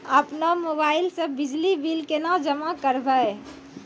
अपनो मोबाइल से बिजली बिल केना जमा करभै?